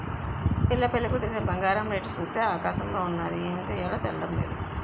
పిల్ల పెళ్లి కుదిరింది బంగారం రేటు సూత్తే ఆకాశంలోన ఉన్నాది ఏమి సెయ్యాలో తెల్డం నేదు